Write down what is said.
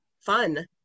fun